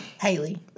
Haley